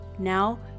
Now